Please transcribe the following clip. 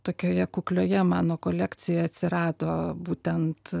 tokioje kuklioje mano kolekcijoje atsirado būtent